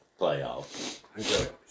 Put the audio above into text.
playoffs